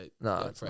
no